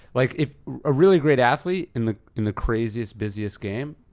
like if a really great athlete in the in the craziest, busiest game,